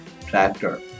tractor